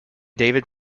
david